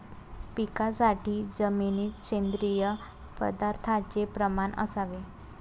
पिकासाठी जमिनीत सेंद्रिय पदार्थाचे प्रमाण असावे